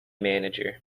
manager